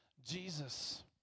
Jesus